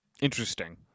Interesting